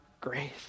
grace